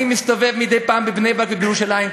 אני מסתובב מדי פעם בבני-ברק ובירושלים.